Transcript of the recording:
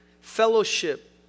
fellowship